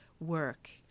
work